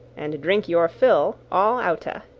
and drink your fill all out-a.